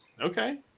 Okay